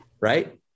right